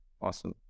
awesome